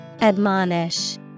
ADMONISH